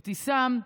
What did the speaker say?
אבתיסאם,